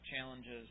challenges